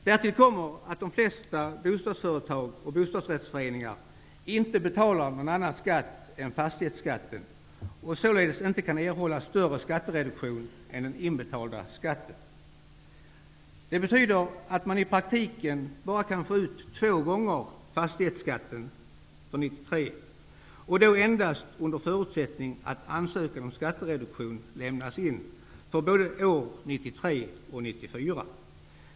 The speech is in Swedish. Därtill kommer att de flesta bostadsföretag och bostadsrättsföreningar inte betalar någon annan skatt än fastighetsskatten och således inte kan erhålla större skattereduktion än den inbetalda skatten. Det betyder att man i praktiken bara kan få ut två gånger fastighetsskatten för 1993, och då endast under förutsättning att ansökan om skattereduktion lämnas in för både 1993 och 1994.